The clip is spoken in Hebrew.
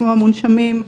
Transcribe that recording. כמו המונשמים,